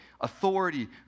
authority